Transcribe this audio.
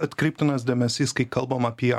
atkreiptinas dėmesys kai kalbam apie